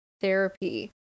therapy